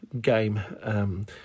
game